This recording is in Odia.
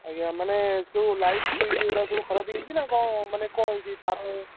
ଆଜ୍ଞା ମାନେ ଯେଉଁ ଲାଇଟ୍ ସୁଇଜ୍ ଏଇଗୁଡ଼ା ସବୁ ଖରାପ ହେଇଯାଇଛି ନା କ'ଣ ମାନେ କ'ଣ ହେଇଛି ତାର